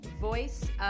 Voice